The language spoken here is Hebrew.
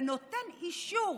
ונותן אישור,